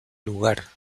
lugar